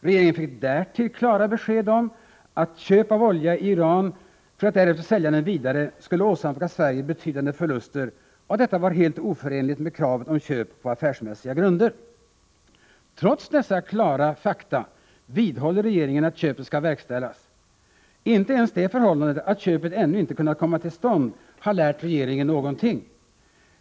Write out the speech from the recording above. Regeringen fick därtill klara besked om att köp av olja i Iran för att därefter sälja den vidare skulle åsamka Sverige betydande förluster och att detta var helt oförenligt med kravet på köp på affärsmässiga grunder. Trots dessa klara fakta vidhåller regeringen att köpet skall verkställas. Inte ens det förhållandet att köpet ännu inte kunnat komma till stånd har lärt regeringen någonting.